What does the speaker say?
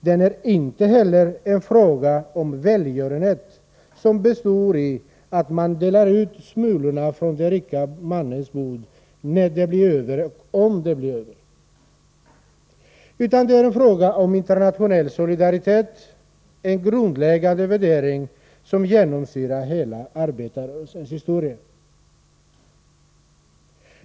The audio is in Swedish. Den är inte heller en fråga om välgörenhet, som består i att man delar ut smulorna från den rike mannens bord, när det blir något över och om det blir något över. Flyktingpolitiken är en fråga om internationell solidaritet, en grundläggande värdering som genomsyrar hela arbetarrörelsens historia.